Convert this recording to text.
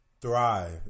thrive